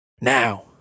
Now